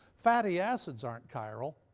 fatty acids aren't chiral,